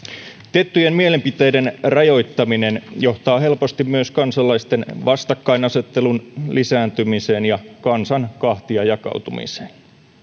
tiettyjen mielipiteiden rajoittaminen johtaa helposti myös kansalaisten vastakkainasettelun lisääntymiseen ja kansan kahtiajakautumiseen